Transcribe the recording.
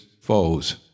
foes